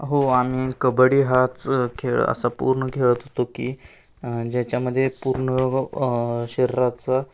हो आम्ही कबड्डी हाच खेळ असा पूर्ण खेळत होतो की ज्याच्यामध्ये पूर्ण शरीराचा